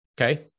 Okay